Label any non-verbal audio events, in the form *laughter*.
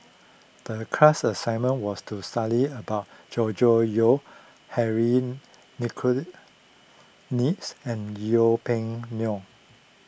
the class's assignment was to study about Gregory Yong Henry Nicholas *unintelligible* and Yeng Pway Ngon